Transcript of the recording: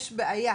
יש בעיה,